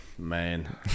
Man